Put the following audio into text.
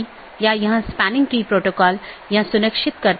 तो यह ऐसा नहीं है कि यह OSPF या RIP प्रकार के प्रोटोकॉल को प्रतिस्थापित करता है